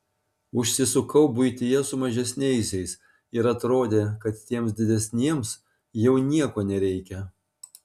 užsisukau buityje su mažesniaisiais ir atrodė kad tiems didesniems jau nieko nereikia